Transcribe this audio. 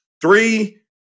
three